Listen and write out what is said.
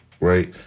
right